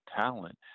talent